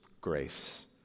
grace